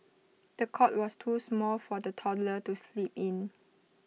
the cot was too small for the toddler to sleep in